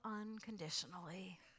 unconditionally